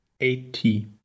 eighty